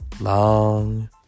long